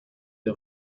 les